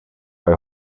bei